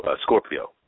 Scorpio